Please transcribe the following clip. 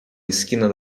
esquina